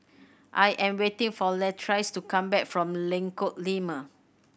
I am waiting for Latrice to come back from Lengkong Lima